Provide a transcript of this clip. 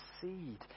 seed